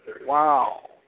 Wow